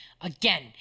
Again